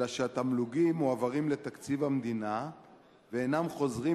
אלא שהתמלוגים מועברים לתקציב המדינה ואינם חוזרים